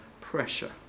pressure